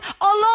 alone